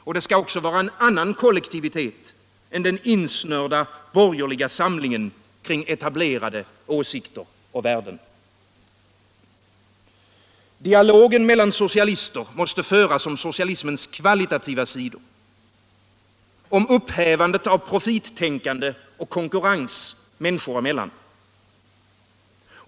Och det skall också vara en annan kollektivitet än den insnörda borgerliga samlingen kring etablerade åsikter och värden. Dialogen mellan socialister måste föras om socialismens kvalitativa sidor. Om upphävande av profittänkande och konkurrens människor emellan.